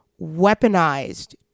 weaponized